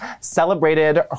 celebrated